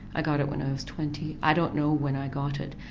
i got it when i was twenty, i don't know when i got it.